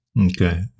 Okay